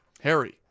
Harry